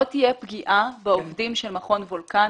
לא תהיה פגיעה בעובדים של מכון וולקני.